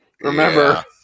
remember